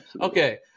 okay